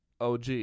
OG